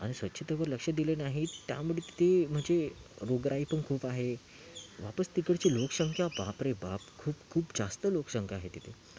आणि स्वच्छतेवर लक्ष दिलं नाही त्यामुळे तिथे म्हणजे रोगराई पण खूप आहे वापस तिकडची लोकसंख्या बाप रे बाप खूप खूप जास्त लोकसंख्या आहे तिथे